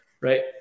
Right